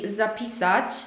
zapisać